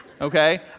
okay